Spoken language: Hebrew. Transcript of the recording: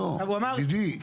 ידידי.